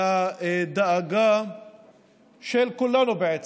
לדאגה של כולנו, בעצם,